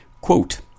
Quote